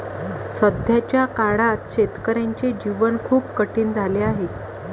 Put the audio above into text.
सध्याच्या काळात शेतकऱ्याचे जीवन खूप कठीण झाले आहे